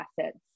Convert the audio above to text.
assets